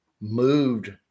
moved